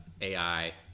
ai